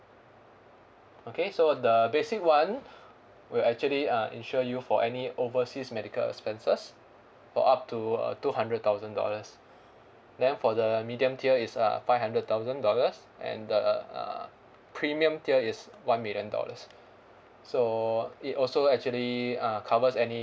okay so the basic one will actually uh insure you for any overseas medical expenses for up to a two hundred thousand dollars then for the medium tier is a five hundred thousand dollars and the uh premium tier is one million dollars so it also actually uh covers any